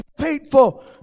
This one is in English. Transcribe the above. faithful